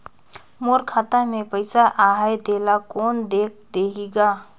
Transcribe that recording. मोर खाता मे पइसा आहाय तेला कोन देख देही गा?